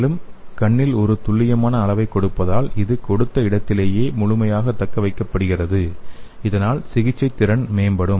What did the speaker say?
மேலும் கண்ணில் ஒரு துல்லியமான அளவை கொடுப்பதால் இது கொடுத்த இடத்திலேயே முழுமையாக தக்கவைக்கப்படுகிறது இதனால் சிகிச்சை திறன் மேம்படும்